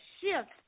shift